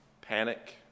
panic